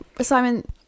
Simon